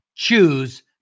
choose